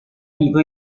vivo